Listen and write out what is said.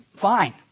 fine